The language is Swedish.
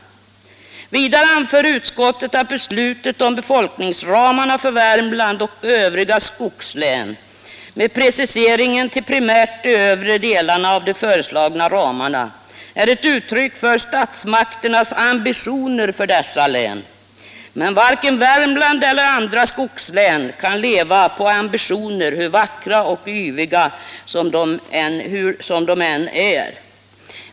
Vidare anför utskottet att beslutet om befolkningsramarna för Värmland och övriga skogslän — med precisering till primärt de övre delarna av de föreslagna ramarna — är ett uttryck för statsmakternas ambitioner för dessa län. Men varken Värmland eller andra skogslän kan leva på ambitioner, hur vackra och yviga de än är.